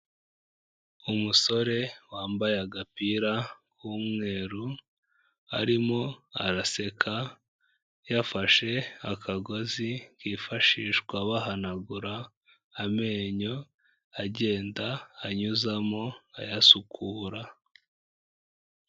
Umusore wambaye agapira k'umweru, arimo araseka, yafashe akagozi kifashishwa bahanagura amenyo, agenda anyuzamo ayasukura.